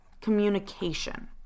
communication